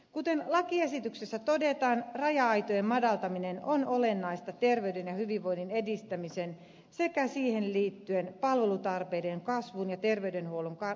kuten lakiesityksessä todetaan raja aitojen madaltaminen on olennaista terveyden ja hyvinvoinnin edistämisen sekä siihen liittyen palvelutarpeiden kasvun ja terveydenhuollon kustannusten hallinnan kannalta